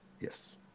Yes